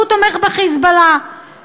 הוא תומך ב"חיזבאללה" תודה.